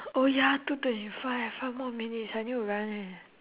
oh ya two twenty five five more minutes I need to run leh